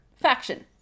faction